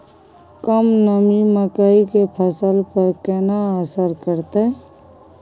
कम नमी मकई के फसल पर केना असर करतय?